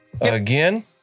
again